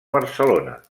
barcelona